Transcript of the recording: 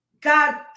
God